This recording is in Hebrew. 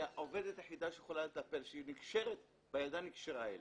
היא העובדת היחידה שיכולה לטפל והילדה נקשרה אליה.